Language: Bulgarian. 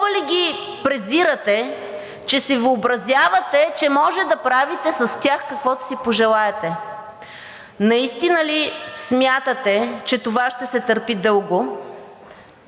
Толкова ли ги презирате, че си въобразявате, че може да правите с тях каквото си пожелаете? Наистина ли смятате, че това ще се търпи дълго